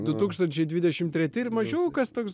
du tūkstančiai dvidešim treti ir mažiukas toks